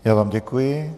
Já vám děkuji.